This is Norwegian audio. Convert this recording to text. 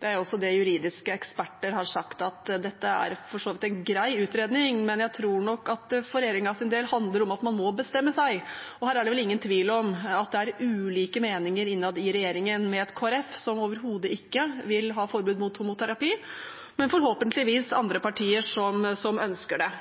Det er også det juridiske eksperter har sagt, at dette for så vidt er en grei utredning. Men jeg tror nok at det for regjeringens del handler om at man må bestemme seg, og her er det vel ingen tvil om at det er ulike meninger innad i regjeringen, med et Kristelig Folkeparti som overhodet ikke vil ha forbud mot homoterapi, men forhåpentligvis andre partier som ønsker det.